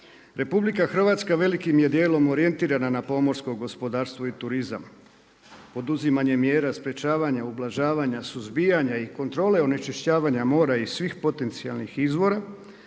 RH velikim je dijelom orijentirana na pomorsko gospodarstvo i turizam poduzimanjem mjera sprječavanja ublažavanja, suzbijanja i kontrole onečišćavanja mora i svih potencijalnih izvora